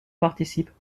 participent